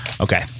Okay